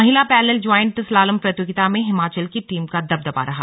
महिला parallel joint slalom प्रतियोगिता में हिमाचल की टीम का दबदबा रहा